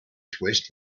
twist